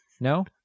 No